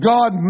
God